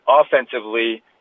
offensively